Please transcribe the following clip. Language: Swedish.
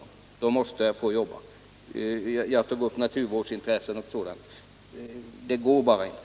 Man måste kunna arbeta — jag tog upp naturvårdsintressen och sådant —, ty annars går det inte.